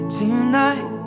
tonight